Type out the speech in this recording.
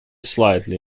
slightly